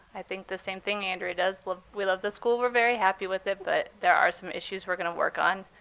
i think the same thing andrea does. we love the school. we're very happy with it. but there are some issues we're going to work on,